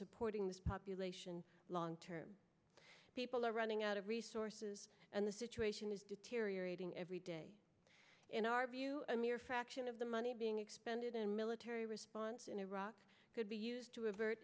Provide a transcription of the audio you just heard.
supporting this population long term people are running out of resources and the situation is deteriorating every day in our view a mere fraction of the money being expended on military response in iraq could be used to avert